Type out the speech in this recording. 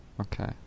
Okay